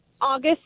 August